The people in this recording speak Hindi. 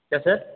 क्या सर